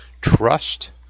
Trust